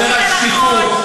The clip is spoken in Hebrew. כשמגיע חוק שמדבר על שקיפות,